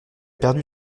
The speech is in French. perdu